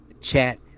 Chat